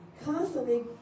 constantly